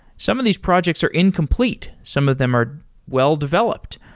some of these projects are incomplete. some of them are well-developed,